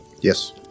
Yes